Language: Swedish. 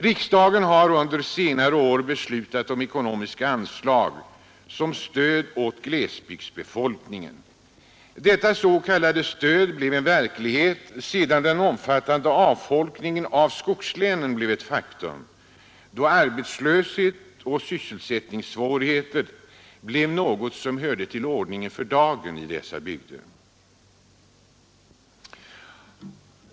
Riksdagen har under senare år beslutat om ekonomiska anslag som stöd åt glesbygdsbefolkningen. Detta s.k. stöd blev en verklighet sedan den omfattande avfolkningen av skogslänen var ett faktum, då arbetslöshet och sysselsättningssvårigheter kom att höra till ordningen för dagen i dessa bygder.